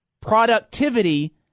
productivity